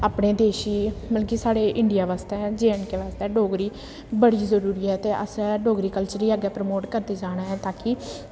अपने देश गी मतलब कि साढ़े इंडिया बास्तै जे ऐंड के बास्तै डोगरी बड़ी जरूरी ऐ ते असें डोगरी कल्चर गी अग्गें प्रमोट करदे जाना ऐ ताकि